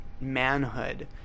manhood